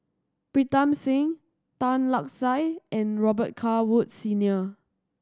Pritam Singh Tan Lark Sye and Robet Carr Woods Senior